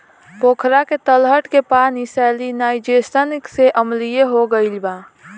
पोखरा के तलछट के पानी सैलिनाइज़ेशन से अम्लीय हो गईल बा